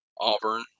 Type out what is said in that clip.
auburn